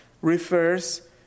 refers